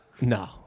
No